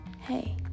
hey